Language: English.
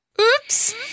Oops